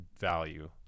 value